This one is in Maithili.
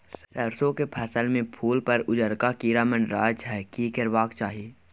सरसो के फसल में फूल पर उजरका कीरा मंडराय छै की करबाक चाही?